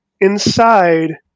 inside